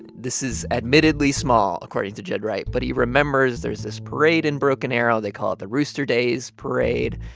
this is admittedly small, according to ged wright, but he remembers there's this parade in broken arrow. they call it the rooster days parade.